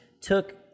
took